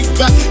back